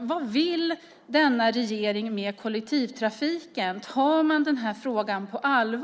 Vad vill denna regering med kollektivtrafiken? Tar man frågan på allvar?